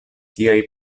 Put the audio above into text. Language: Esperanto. tiaj